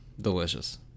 Delicious